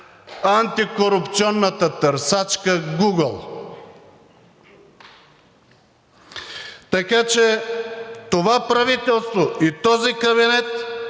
антикорупционната търсачка Google. Така че това правителство и този кабинет